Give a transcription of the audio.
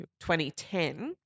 2010